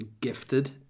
gifted